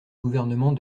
gouvernement